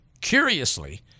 curiously